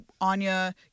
Anya